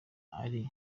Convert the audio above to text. ari